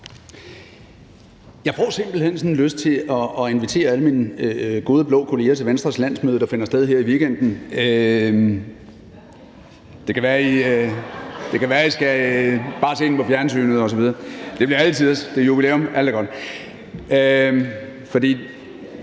Jeg får simpelt hen sådan en lyst til at invitere alle mine gode blå kolleger til Venstres landsmøde, der finder sted her i weekenden. (Munterhed). Det kan være, I bare skal se det på fjernsynet. Det bliver alle tiders, det er jubilæum, alt er godt.